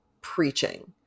preaching